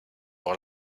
voir